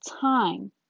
time